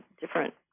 different